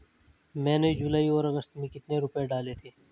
मैंने जुलाई और अगस्त में कितने रुपये डाले थे?